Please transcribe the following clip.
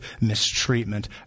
mistreatment